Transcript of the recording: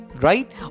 right